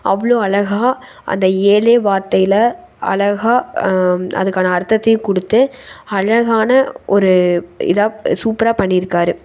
அவ்வளோ அழகாக அந்த ஏழே வார்த்தையில் அழகாக அதுக்கான அர்த்தத்தையும் கொடுத்து அழகான ஒரு இதாக சூப்பராக பண்ணிருக்கார்